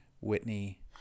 Whitney